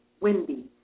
Wendy